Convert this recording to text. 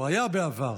הוא היה בעבר.